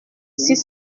six